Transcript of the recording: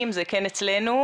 נשאל אותם,